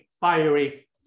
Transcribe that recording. fiery